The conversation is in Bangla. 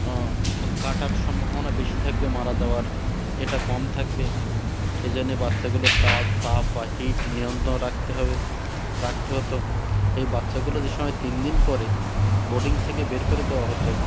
কাটার সম্ভাবনা বেশি থাকবে মারা যাওয়ার এটা কম থাকবে এই জন্যে বাচ্চাগুলো টাপ তাপ বা হিট নিয়ন্ত্রণ রাখতে হবে রাখতে হতো এই বাচ্চাগুলো যে সময় তিন দিন পরে বোর্ডিং থেকে বের করে দেওয়া হতো